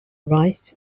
rice